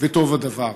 וטוב הדבר.